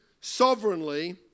sovereignly